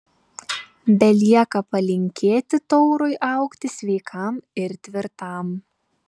belieka palinkėti taurui augti sveikam ir tvirtam